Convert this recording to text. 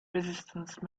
resistance